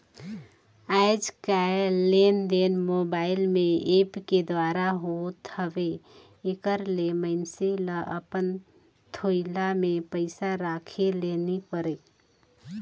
आएज काएललेनदेन मोबाईल में ऐप के दुवारा होत हवे एकर ले मइनसे ल अपन थोइला में पइसा राखे ले नी परे